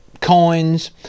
coins